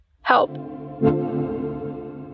Help